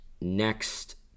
Next